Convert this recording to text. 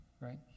right